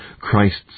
Christ's